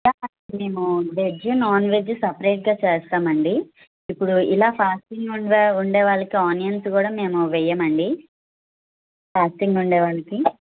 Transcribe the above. మేము veg non veg సపరేట్గా చేస్తాం అండి ఇప్పుడు ఇలా ఫాస్టింగ్ ఉన్న ఉండే వాళ్ళకి ఆనియన్స్ కూడా మేము వేయం అండి ఫాస్టింగ్ ఉండే వాళ్ళకి